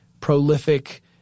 prolific